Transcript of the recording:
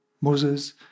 Moses